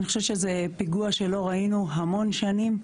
אני חושבת שזה פיגוע שלא ראינו המון שנים.